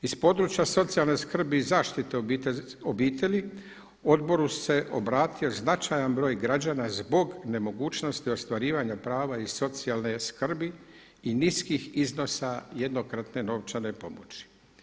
Iz područja socijalne skrbi i zaštite obitelji odboru se obratio značajan broj građana zbog nemogućnosti ostvarivanja prava iz socijalne skrbi i niskih iznosa jednokratne novčane pomoći.